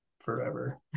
forever